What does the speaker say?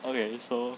okay so